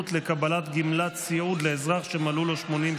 של עבריין טרור לסביבת נפגע עבירה,